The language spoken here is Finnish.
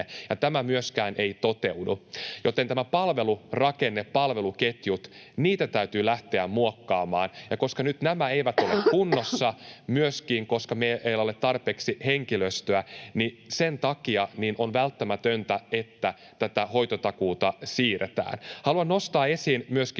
tämä ei toteudu, joten palvelurakennetta, palveluketjuja, täytyy lähteä muokkaamaan, ja koska nyt myöskään nämä eivät ole kunnossa, kun meillä ei ole tarpeeksi henkilöstöä, niin sen takia on välttämätöntä, että tätä hoitotakuuta siirretään. Haluan nostaa esiin myöskin